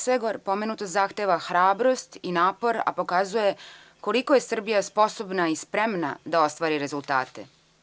Sve gore pomenuto zahteva hrabrost i napor i pokazuje koliko je Srbija sposobna i spremna da ostvari rezultate.